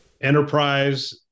enterprise